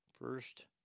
First